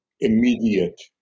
immediate